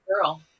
Girl